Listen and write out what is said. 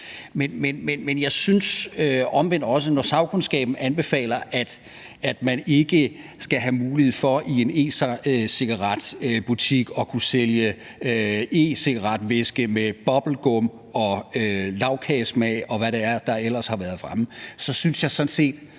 Men jeg synes omvendt også, at når sagkundskaben anbefaler, at man ikke skal have mulighed for i en e-cigaretbutik at kunne sælge e-cigaretvæske med bubblegum- eller lagkagesmag, og hvad der ellers har været fremme, så er det